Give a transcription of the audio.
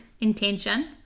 intention